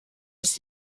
ist